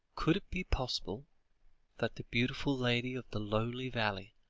could it be possible that the beautiful lady of the lonely valley,